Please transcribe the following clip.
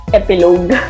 epilogue